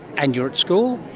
and you're at school?